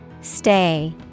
Stay